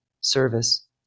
Service